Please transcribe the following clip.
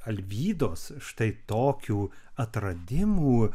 alvydos štai tokių atradimų